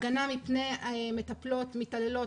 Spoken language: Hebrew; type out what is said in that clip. הגנה מפני מטפלות מתעללות,